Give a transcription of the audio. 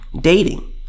dating